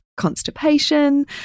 constipation